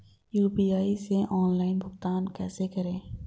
UPI से online भुगतान कैसे करें?